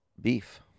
beef